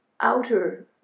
outer